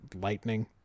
lightning